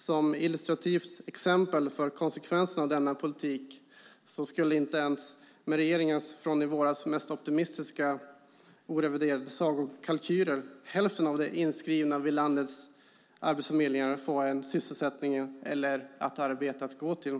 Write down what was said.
Som illustrativt exempel på konsekvenserna av denna politik skulle inte ens med regeringens i våras mest optimistiska oreviderade sagokalkyler hälften av de inskrivna vid landets arbetsförmedlingar få en sysselsättning eller ett arbete att gå till.